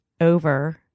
over